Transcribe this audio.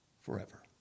forever